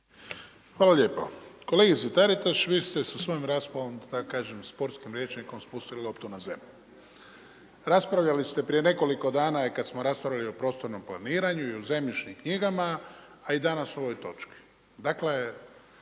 Hvala lijepo. Kolegice Taritaš, vi ste sa svojom raspravom da kažem sportskim rječnikom spustili loptu na zemlju. Raspravljali ste prije nekoliko dana i kad smo raspravljali o prostornom planiranju i o zemljišnim knjigama, a i danas o ovoj točki.